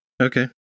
Okay